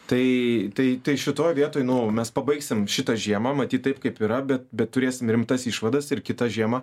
tai taip tai šitoj vietoj nu mes pabaigsim šitą žiemą matyt taip kaip yra bet bet turėsim rimtas išvadas ir kitą žiemą